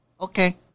Okay